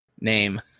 name